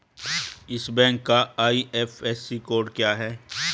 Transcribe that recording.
इस बैंक का IFSC code क्या है?